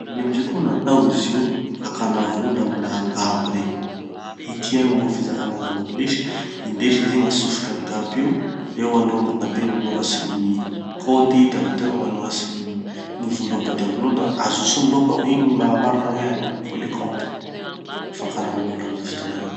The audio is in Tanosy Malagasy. Izy io amizay koa natao izy io hakana vola amina gab regny, ATM moa gny fizaka anazy amy anglisy. Indesy izy igny atsofoky amy gab io, eo hanao mitaper manoratsy gny code, davy teo manoratsy gny gny vola padiavinao na ajotsony bokao. Igny gny magnamarina hoe anao tokoa le compte fakanam-bola amizay fotoana zay.